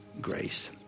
grace